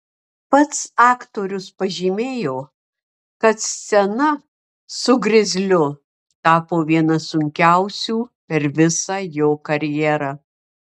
pats aktorius pažymėjo kad scena su grizliu tapo viena sunkiausių per visą jo karjerą